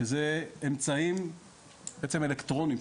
שאלו אמצעים בעצם אלקטרוניים,